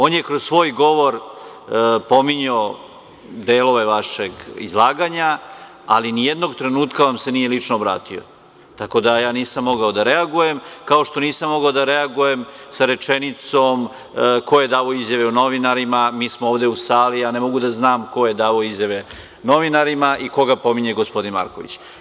On je kroz svoj govor pominjao delove vašeg izlaganja, ali ni jednog trenutka vam se nije lično obratio, tako da ja nisam mogao da reagujem, kao što nisam mogao da reagujem sa rečenicom - ko je davao izjave novinarima, mi smo ovde u sali, ja ne mogu da znam ko je davao izjave novinarima i koga pominje gospodin Marković.